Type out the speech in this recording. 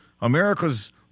America's